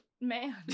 man